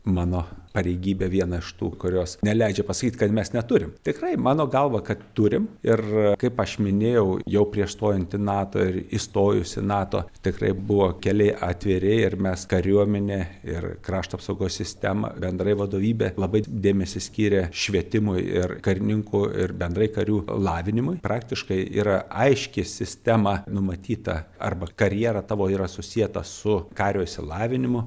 mano pareigybė viena iš tų kurios neleidžia pasakyt kad mes neturim tikrai mano galva kad turim ir kaip aš minėjau jau prieš stojant į nato ir įstojus į nato tikrai buvo keliai atviri ir mes kariuomenė ir krašto apsaugos sistema bendrai vadovybė labai dėmesį skyrė švietimui ir karininkų ir bendrai karių lavinimui praktiškai yra aiški sistema numatyta arba karjera tavo yra susieta su kario išsilavinimu